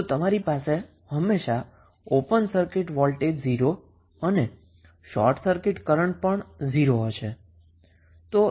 તો તમારી પાસે હંમેશા ઓપન સર્કિટ વોલ્ટેજ 0 અને શોર્ટ સર્કિટ કરન્ટ પણ 0 હશે